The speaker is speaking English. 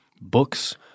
books